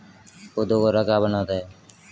पौधों को हरा क्या बनाता है?